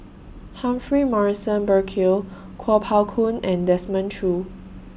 Humphrey Morrison Burkill Kuo Pao Kun and Desmond Choo